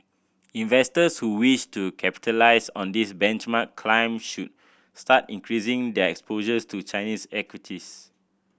investors who wish to capitalise on this benchmark climb should start increasing their exposures to Chinese equities